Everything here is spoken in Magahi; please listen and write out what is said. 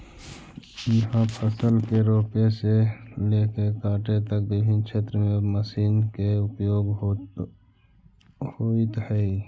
इहाँ फसल के रोपे से लेके काटे तक विभिन्न क्षेत्र में अब मशीन के उपयोग होइत हइ